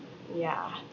yeah